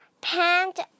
pants